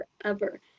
forever